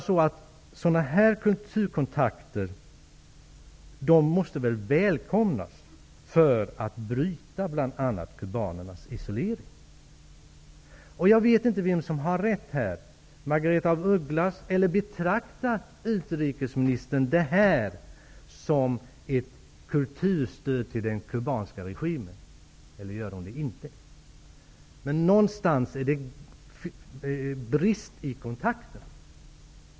Sådana här kulturkontakter måste väl ändå välkomnas, bl.a. för att man skall kunna bryta kubanernas isolering. Jag vet inte vem som har rätt här, Margaretha af Ugglas. Betraktar utrikesministern det här som ett kulturstöd till den cubanska regimen eller inte? Någonstans brister det i kontakterna.